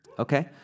okay